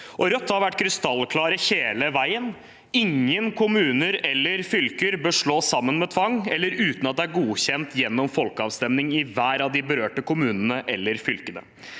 Rødt har vært krystallklare hele veien: Ingen kommuner eller fylker bør slås sammen med tvang eller uten at det er godkjent gjennom folkeavstemning i hver av de berørte kommunene eller fylkene.